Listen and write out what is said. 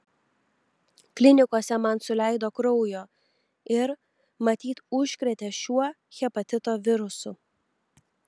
klinikose man suleido kraujo ir matyt užkrėtė šiuo hepatito virusu